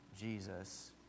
Jesus